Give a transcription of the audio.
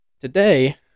Today